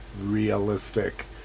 realistic